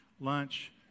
Lunch